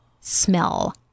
smell